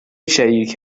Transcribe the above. شریک